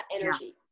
energy